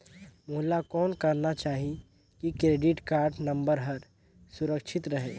मोला कौन करना चाही की क्रेडिट कारड नम्बर हर सुरक्षित रहे?